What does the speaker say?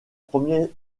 premiers